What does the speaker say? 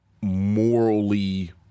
morally